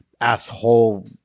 asshole